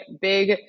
big